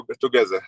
together